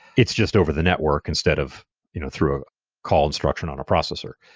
it's just over the network instead of you know through a call instruction on a processor.